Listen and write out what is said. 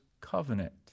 covenant